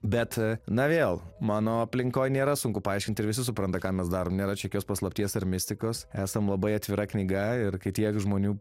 bet na vėl mano aplinkoj nėra sunku paaiškint ir visi supranta ką mes darom nėra čia jokios paslapties ar mistikos esam labai atvira knyga ir kai tiek žmonių